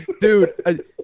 Dude